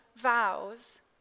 vows